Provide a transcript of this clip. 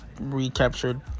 recaptured